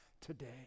today